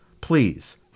please